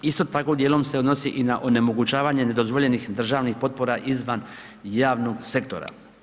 Isto tako dijelom se odnosi i na onemogućavanje nedozvoljenih državnih potpora izvan javnog sektora.